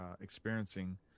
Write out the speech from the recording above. experiencing